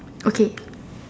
okay